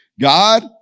God